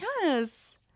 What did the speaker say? Yes